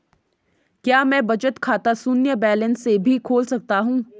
क्या मैं बचत खाता शून्य बैलेंस से भी खोल सकता हूँ?